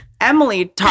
Emily